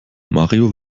mario